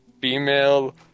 female